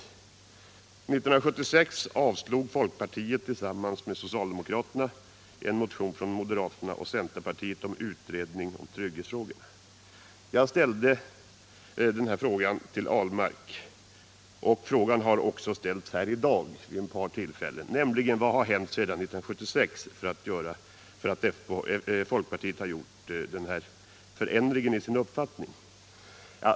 1976 avslog folkpartiet tillsammans med socialdemokraterna en motion från moderaterna och centerpartiet om en utredning om trygghetsfrågorna. Under interpellationsdebatten frågade jag Per Ahlmark — och den frågan har också ställts i dag vid ett par tillfällen — vad som hänt sedan 1976 och som gjort att folkpartiet på detta sätt har ändrat uppfattning.